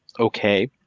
okay,